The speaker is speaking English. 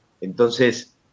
Entonces